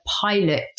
pilot